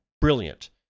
brilliant